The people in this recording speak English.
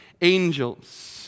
angels